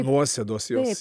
nuosėdos jos